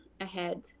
ahead